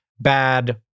bad